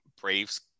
Braves